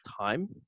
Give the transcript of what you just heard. time